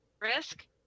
Risk